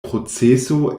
proceso